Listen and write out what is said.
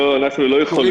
לא, אנחנו לא יכולים.